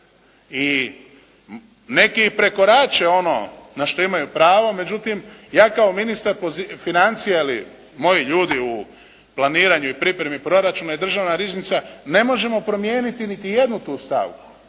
i neki i prekorače ono na što imaju pravo, međutim ja kao ministar financija ili moji ljudi u planiranju i pripremi proračuna i državna riznica ne možemo promijeniti niti jednu tu stavku,